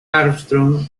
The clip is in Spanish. armstrong